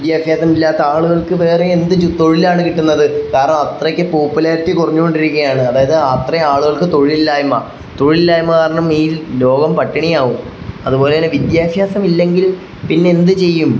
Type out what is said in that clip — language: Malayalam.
വിദ്യാഭ്യാസമില്ലാത്ത ആളുകൾക്ക് വേറെ എന്ത് തൊഴിലാണ് കിട്ടുന്നത് കാരണം അത്രയ്ക്ക് പോപ്പുലാരിറ്റി കുറഞ്ഞ് കൊണ്ടിരിക്കുകയാണ് അതായത് അത്രയും ആളുകൾക്ക് തൊഴിലില്ലായ്മ തൊഴിലില്ലായ്മ കാരണം ഈ ലോകം പട്ടിണിയാവും അതുപോലെ തന്നെ വിദ്യാഭ്യാസം ഇല്ലെങ്കിൽ പിന്നെന്ത് ചെയ്യും